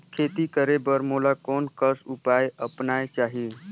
खेती करे बर मोला कोन कस उपाय अपनाये चाही?